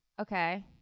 Okay